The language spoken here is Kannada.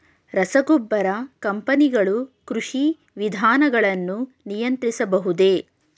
ರಸಗೊಬ್ಬರ ಕಂಪನಿಗಳು ಕೃಷಿ ವಿಧಾನಗಳನ್ನು ನಿಯಂತ್ರಿಸಬಹುದೇ?